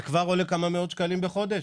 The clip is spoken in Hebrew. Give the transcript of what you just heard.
זה כבר עולה כמה מאות שקלים בחודש.